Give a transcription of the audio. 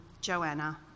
Joanna